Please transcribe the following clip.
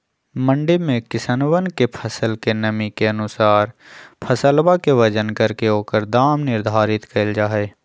मंडी में किसनवन के फसल के नमी के अनुसार फसलवा के वजन करके ओकर दाम निर्धारित कइल जाहई